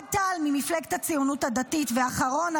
אוהד טל ממפלגת הציונות הדתית והאחרון,